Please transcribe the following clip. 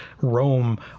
Rome